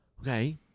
Okay